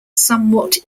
somewhat